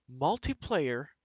Multiplayer